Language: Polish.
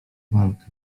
walkę